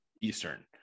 eastern